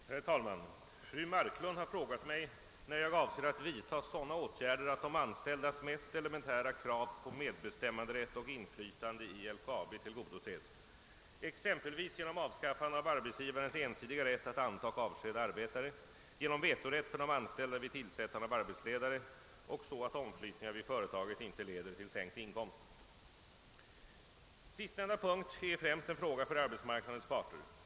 Herr talman! Fru Marklund har frågat mig, när jag avser att vidta sådana åtgärder att de anställdas mest elementära krav på medbestämmanderätt och inflytande i LKAB tillgodoses, exempelvis genom avskaffande av arbetsgivarens ensidiga rätt att anta och avskeda arbetare, genom vetorätt för de anställda vid tillsättandet av arbetsledare och så att omflyttningar vid företaget inte leder till sänkt inkomst. Sistnämnda punkt är främst en fråga för arbetsmarknadens parter.